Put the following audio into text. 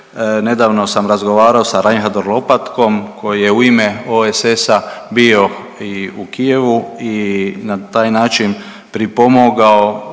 Nedavno sam razgovarao sa Reinholdom Lopatkom koji je u ime OESS-a bio i u Kijevu i na taj način pripomogao,